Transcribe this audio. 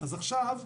אז עכשיו,